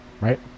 right